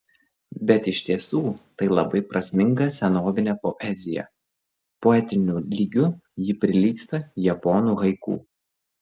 bet iš tiesų tai labai prasminga senovinė poezija poetiniu lygiu ji prilygsta japonų haiku